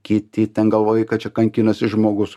kiti ten galvoja kad čia kankinasi žmogus